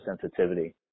sensitivity